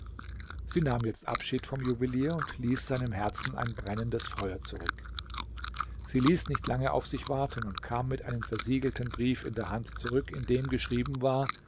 sie nahm jetzt abschied vom juwelier und ließ seinem herzen ein brennendes feuer zurück sie ließ nicht lange auf sich warten und kam mit einem versiegelten brief in der hand zurück in dem geschrieben war